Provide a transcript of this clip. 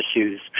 issues